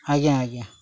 ଆଜ୍ଞା ଆଜ୍ଞା